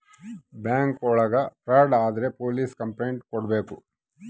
bank ಒಳಗ fraud ಆದ್ರೆ police complaint ಕೊಡ್ಬೇಕು